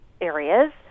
areas